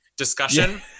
discussion